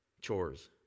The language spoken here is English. chores